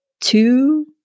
two